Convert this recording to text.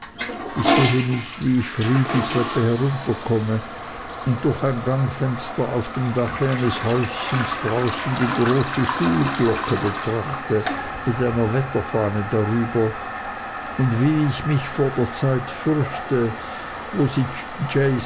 ich sehe mich wie ich früh die treppe herunterkomme und durch ein gangfenster auf dem dache eines häuschens draußen die große schulglocke betrachte mit einer wetterfahne darüber und wie ich mich vor der zeit fürchte wo sie